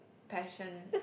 passion